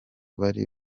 bari